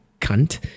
cunt